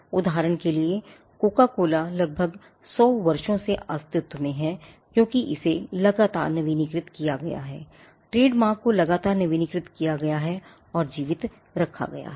उदाहरण के लिए कोका कोला लगभग 100 वर्षों से अस्तित्व में है क्योंकि इसे लगातार नवीनीकृत किया गया है ट्रेडमार्क को लगातार नवीनीकृत किया गया है और जीवित रखा गया है